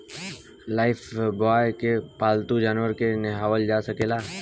Lifebuoy से पाल्तू जानवर के नेहावल जा सकेला